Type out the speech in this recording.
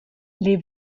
les